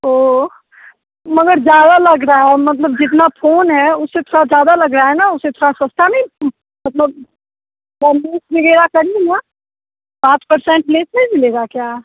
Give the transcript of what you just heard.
तो मगर ज़्यादा लग रहा है मतलब जितना फोन है उससे थोड़ा ज़्यादा लग रहा है न उससे थोड़ा सस्ता नहीं मतलब थोड़ा लेस वगैरह करिए न पाँच परसेंट लेस नहीं मिलेगा क्या